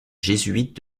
jésuite